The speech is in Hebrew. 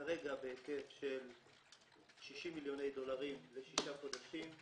כרגע בהיקף של 60 מיליוני דולרים לשישה חודשים.